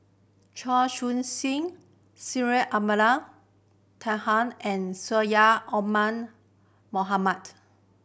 Chia Choo Suan Syed Abdulrahman Taha and Syed Omar Mohamed